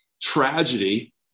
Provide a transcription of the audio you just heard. tragedy